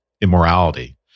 immorality